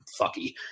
fucky